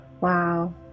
Wow